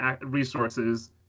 resources